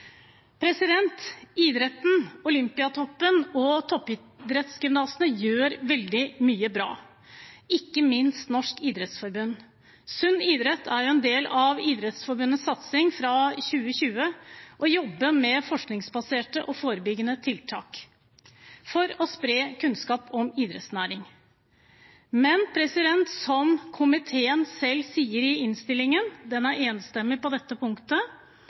Idretten, Olympiatoppen og toppidrettsgymnasene gjør veldig mye bra, ikke minst Norges idrettsforbund. Sunn idrett er en del av Idrettsforbundets satsing fra 2020, å jobbe med forskningsbaserte og forebyggende tiltak for å spre kunnskap om idrettsnæring. Men som komiteen selv sier i innstillingen, og den er enstemmig på dette punktet: